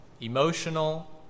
emotional